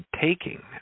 taking